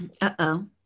uh-oh